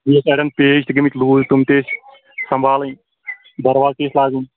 بیٚیہِ ٲسۍ اَڈیٚن پیٚچ تہِ گٲمٕتۍ لوٗز تِم تہِ ٲسۍ سَمبالنٕۍ دروازٕ تہِ ٲسۍ لاگٕنۍ